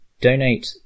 donate